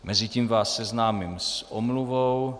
Mezitím vás seznámím s omluvou.